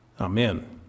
Amen